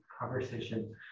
conversation